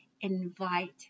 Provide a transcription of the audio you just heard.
invite